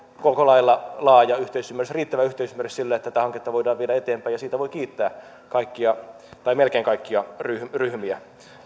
koko lailla laaja yhteisymmärrys riittävä yhteisymmärrys sille että tätä hanketta voidaan viedä eteenpäin ja siitä voi kiittää melkein kaikkia ryhmiä ryhmiä